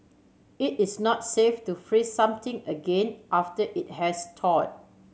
it is not safe to freeze something again after it has told